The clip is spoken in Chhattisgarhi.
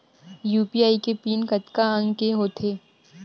यू.पी.आई के पिन कतका अंक के होथे?